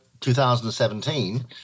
2017